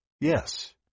Yes